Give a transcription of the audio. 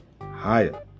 higher